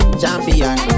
champion